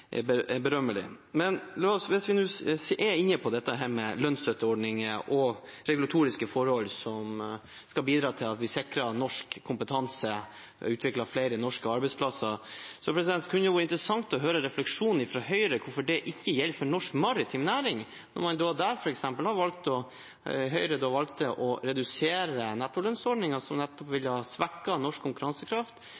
Hvis vi er inne på dette med lønnsstøtteordning og regulatoriske forhold som skal bidra til at vi sikrer norsk kompetanse og utvikler flere norske arbeidsplasser, kunne det vært interessant å høre refleksjoner fra Høyre om hvorfor det ikke gjelder norsk maritim næring.